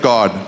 God